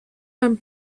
einem